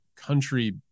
country